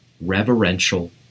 reverential